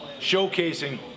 showcasing